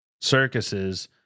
circuses